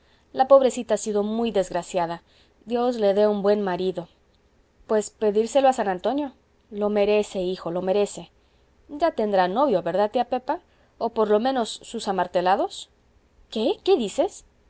la pobrecita ha sido muy desgraciada dios le dé un buen marido pues pedírselo a san antonio lo merece hijo lo merece ya tendrá novio verdad tía pepa o por lo menos sus amartelados qué qué dices que